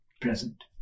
present